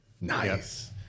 Nice